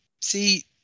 See